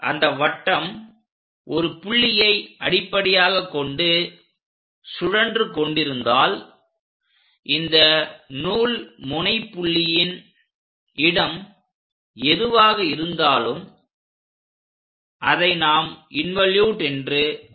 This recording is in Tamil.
அந்த வட்டம் ஒரு புள்ளியை அடிப்படையாக கொண்டு சுழன்று கொண்டிருந்தால் இந்த நூல் முனைப்புள்ளியின் இடம் எதுவாக இருந்தாலும் அதை நாம் இன்வோலூட் என்று அழைக்கிறோம்